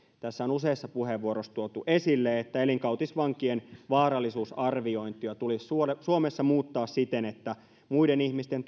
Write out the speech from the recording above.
tässä on useassa puheenvuorossa tuotu esille että elinkautisvankien vaarallisuusarviointia tulisi suomessa suomessa muuttaa siten että muiden ihmisten